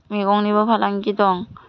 मैगंनिबो फालांगि दं